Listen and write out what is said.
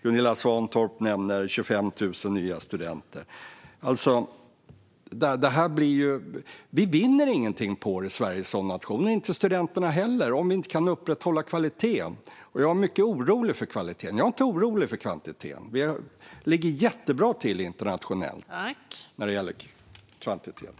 Gunilla Svantorp nämner 25 000 nya studenter. Vi vinner ingenting på det i Sverige som nation. Det gör inte studenterna heller om vi inte kan upprätthålla kvaliteten. Jag är mycket orolig för kvaliteten. Jag är inte orolig för kvantiteten. Vi ligger jättebra till internationellt när det gäller kvantitet.